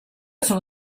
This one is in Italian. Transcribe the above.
sono